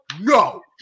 no